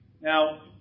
Now